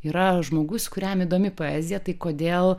yra žmogus kuriam įdomi poezija tai kodėl